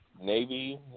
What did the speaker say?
Navy